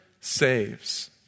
saves